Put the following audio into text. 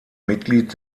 mitglied